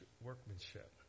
workmanship